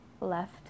left